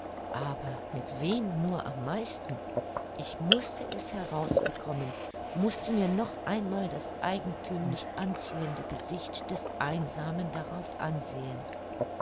aber mit wem nur am meisten ich mußte es heraus bekommen mußte mir noch einmal das eigenthümlich anziehende gesicht des einsamen darauf ansehen